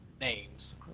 names